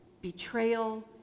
betrayal